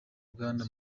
bwana